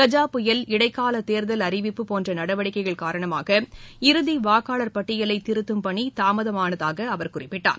கஜா புயல் இடைக்கால தேர்தல் அறிவிப்பு போன்ற நடவடிக்கைகள் காரணமாக இறுதி வாக்காளர் பட்டியலை திருத்தும் பணி தாமதமானதாக அவர் குறிப்பிட்டுள்ளார்